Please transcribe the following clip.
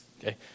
okay